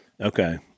Okay